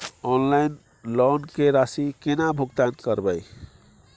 Online loan के राशि केना भुगतान करबे?